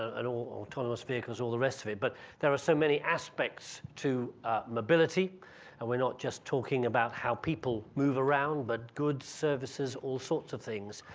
and all autonomous vehicles all the rest of it, but there are so many aspects to a mobility and we're not just talking about how people move around but good services all sorts of things.